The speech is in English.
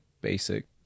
basic